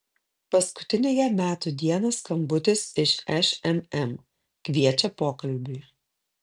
paskutiniąją metų dieną skambutis iš šmm kviečia pokalbiui